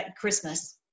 Christmas